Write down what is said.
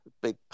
big